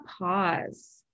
pause